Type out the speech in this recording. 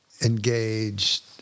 engaged